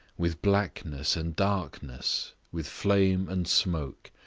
with blackness and darkness, with flame and smoke,